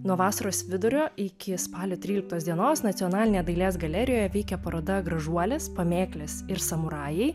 nuo vasaros vidurio iki spalio tryliktos dienos nacionalinėje dailės galerijoje veikia paroda gražuolės pamėklės ir samurajai